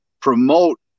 promote